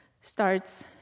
starts